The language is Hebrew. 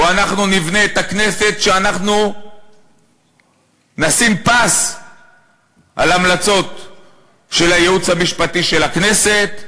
או נבנה את הכנסת כשנשים פס על המלצות של הייעוץ המשפטי של הכנסת,